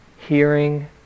hearing